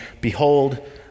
behold